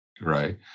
right